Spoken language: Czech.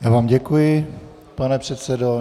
Já vám děkuji, pane předsedo.